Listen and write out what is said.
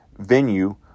venue